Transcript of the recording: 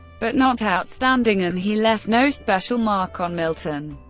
but not outstanding, and he left no special mark on milton.